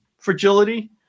Fragility